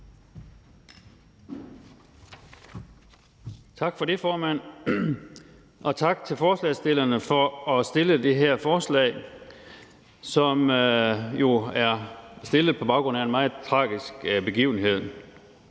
Tak for det, formand, og tak til forslagsstillerne for at stille det her forslag, som jo er stillet på baggrund af en meget tragisk begivenhed.